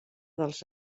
dels